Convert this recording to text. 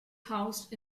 housed